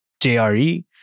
JRE